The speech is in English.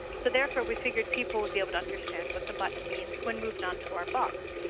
so therefore we figured people would be able to understand what the button means when moved on to our box.